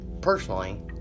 personally